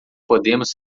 podemos